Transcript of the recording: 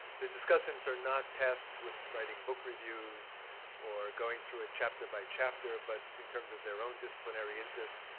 the discussants are not tasked with writing book reviews or going through it chapter-by-chapter, but in terms of their own disciplinary interest,